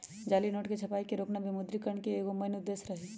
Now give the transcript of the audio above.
जाली नोट के छपाई के रोकना विमुद्रिकरण के एगो मेन उद्देश्य रही